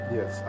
Yes